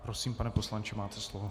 Prosím, pane poslanče, máte slovo.